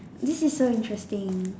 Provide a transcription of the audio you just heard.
this is so interesting